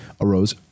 arose